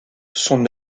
son